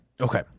okay